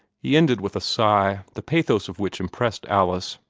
he ended with a sigh, the pathos of which impressed alice.